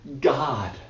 God